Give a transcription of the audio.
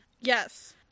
Yes